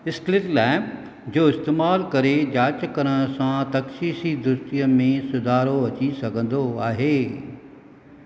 slit lamp जो इस्तेमालु करे जाच करणु सां तश्ख़ीसी दुरुस्ती में सुधारो अची सघिन्दो आहे